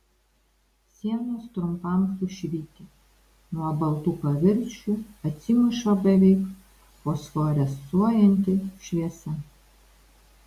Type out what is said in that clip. sienos trumpam sušvyti nuo baltų paviršių atsimuša beveik fosforescuojanti šviesa